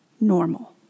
normal